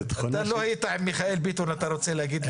אז לא צריך עוד שנתיים.